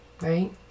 right